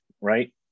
right